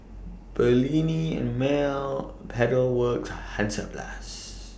Perllini and Mel Pedal Works and Hansaplast